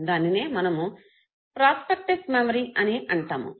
దానినే మనము prospective memory అనిఅంటాము